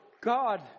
God